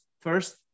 first